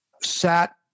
sat